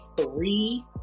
three